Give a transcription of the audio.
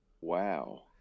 Wow